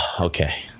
okay